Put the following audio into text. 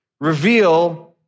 reveal